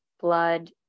blood